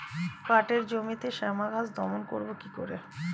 পাটের জমিতে শ্যামা ঘাস দমন করবো কি করে?